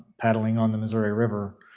paddling on the missouri river.